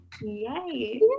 Yay